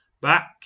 back